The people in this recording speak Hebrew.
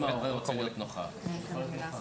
אם ההורה רוצה להיות נוכח, שיהיה נוכח.